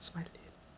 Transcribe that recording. I think